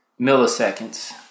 milliseconds